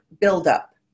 buildup